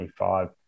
25